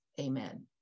amen